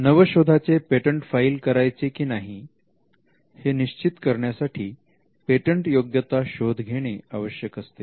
नवशोधाचे patent file करायचे की नाही हे निश्चित करण्यासाठी पेटंटयोग्यता शोध घेणे आवश्यक असते